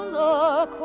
look